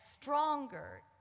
stronger